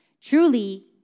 truly